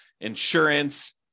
insurance